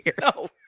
no